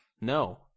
No